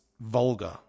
vulgar